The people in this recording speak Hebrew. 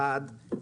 דבר ראשון,